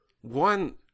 one